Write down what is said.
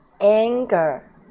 anger